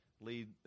lead